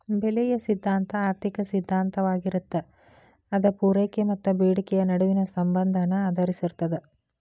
ಬೆಲೆಯ ಸಿದ್ಧಾಂತ ಆರ್ಥಿಕ ಸಿದ್ಧಾಂತವಾಗಿರತ್ತ ಅದ ಪೂರೈಕೆ ಮತ್ತ ಬೇಡಿಕೆಯ ನಡುವಿನ ಸಂಬಂಧನ ಆಧರಿಸಿರ್ತದ